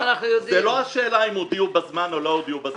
זאת לא השאלה אם הודיעו בזמן או לא הודיעו בזמן.